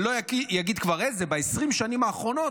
אני כבר לא אגיד איזה, ב-20 השנים האחרונות,